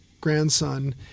grandson